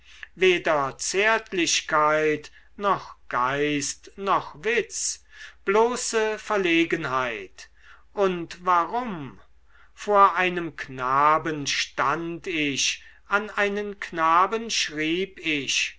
weder zärtlichkeit noch geist noch witz bloße verlegenheit und warum vor einem knaben stand ich an einen knaben schrieb ich